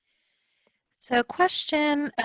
so a question